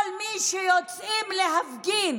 כל מי שיוצאים להפגין